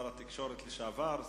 שר התקשורת לשעבר,